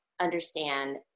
understand